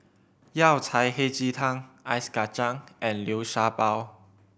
Yao Cai Hei Ji Tang ice kacang and Liu Sha Bao